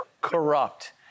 corrupt